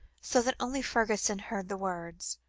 so that only fergusson heard the words.